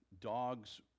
dogs